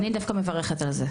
אני דווקא מברכת על זה.